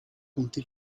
punti